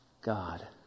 God